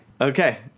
Okay